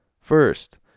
First